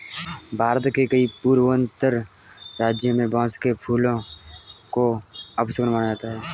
भारत के कई पूर्वोत्तर राज्यों में बांस के फूल को अपशगुन माना जाता है